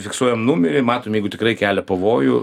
fiksuojam numerį matom jeigu tikrai kelia pavojų